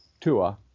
Tua